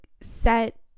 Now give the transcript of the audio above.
set